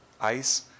ice